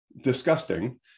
disgusting